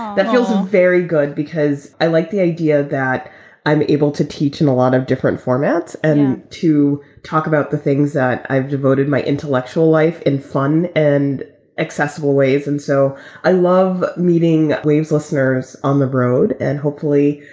that feels very good because i like the idea that i'm able to teach in a lot of different formats and to talk about the things that i've devoted my intellectual life and fun and accessible ways. and so i love meeting waves listeners on the road. and hopefully,